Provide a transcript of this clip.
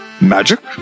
magic